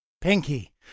Pinky